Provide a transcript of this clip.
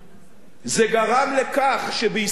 זה גרם לכך שבישראל,